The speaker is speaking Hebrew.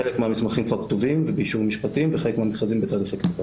חלק מהמסמכים כבר כתובים ובאישור משפטי וחלק מהמסמכים בתהליכי כתיבה.